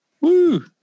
Woo